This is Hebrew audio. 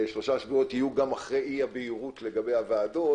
שלושה שבועות יהיו גם אחרי אי הבהירות לגבי הוועדות,